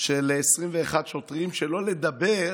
של 21 שוטרים, שלא לדבר